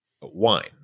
wine